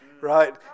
Right